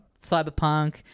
Cyberpunk